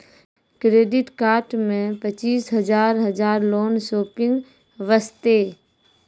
Credit card मे पचीस हजार हजार लोन शॉपिंग वस्ते?